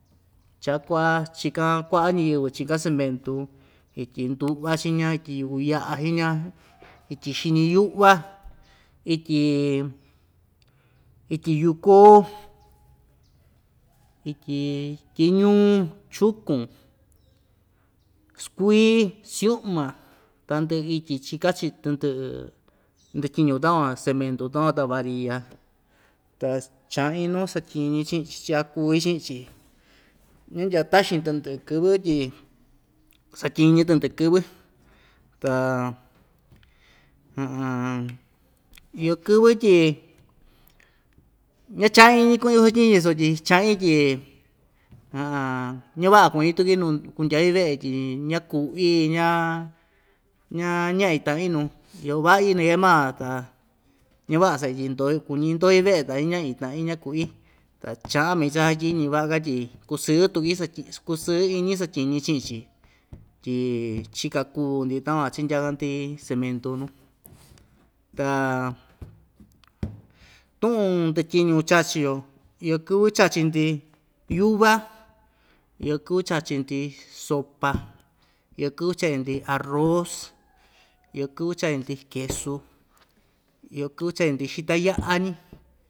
Cha kuaꞌa chikan kuaꞌa ñiyɨvɨ chikan cementu ityi nduꞌva chiña ityi yuku yaꞌa jiña ityi xiñiyuꞌva ityi ityi yuu koo ityi tyiñuu chukun skui siuꞌma tandɨꞌɨ ityi chika‑chi tɨndɨꞌɨ ndityiñu takuan cementu takuan cementu takuan ta varia ta ss chaꞌin nuu satyiñi chiꞌin‑chi chika kui chiꞌin‑chi ñandyaa taxin tandɨꞌɨ kɨvɨ tyi satyiñi tandɨꞌɨ kɨvɨ ta iyo kɨvɨ tyi ña chaꞌan iñi kuꞌin kusatyiñi sutyi chaꞌin tyi ñavaꞌa kuñi tuki nuun kundyai veꞌe tyi ñakuꞌi ña ña ñaꞌñi taꞌin nuu iyo vaꞌi naa kee maa‑yo ta ñavaꞌa saꞌi tyi ndoi kuñi ndoi veꞌe ta ña ñaꞌñi taꞌin ña kuꞌi ta chaꞌan maain chasatyiñi vaꞌa‑ka tyi kusɨɨ tuki satyi vaꞌa‑ka tyi kusɨɨ tuki saty sku kusɨɨ iñi satyiñi chiꞌin‑chi tyi chika kuu‑ndi takuan chindyaka‑ndi cementu nuu ta tuꞌun ndɨtyiñu chachi‑yo iyo kɨvɨ chachi‑ndi yuva iyo kɨvɨ chachi‑ndi sopa iyo kɨvɨ chachi‑ndi arroz iyo kɨvɨ chain‑ndi quesu iyo kɨvɨ chein‑ndi xita yaꞌa‑ñi.